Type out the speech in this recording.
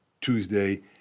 Tuesday